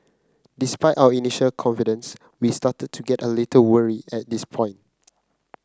despite our initial confidence we started to get a little wary at this point